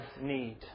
need